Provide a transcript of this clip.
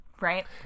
right